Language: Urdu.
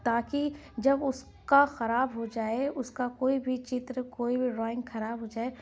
تاکہ جب اس کا خراب ہو جائے اس کا کوئی بھی چتر کوئی بھی ڈرائنگ خراب ہو جائے